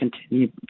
continue